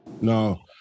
No